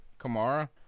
kamara